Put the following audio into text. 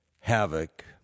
havoc